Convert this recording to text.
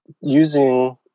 using